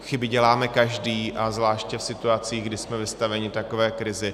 Chyby děláme každý a zvláště v situacích, kdy jsme vystaveni takové krizi.